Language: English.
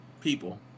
people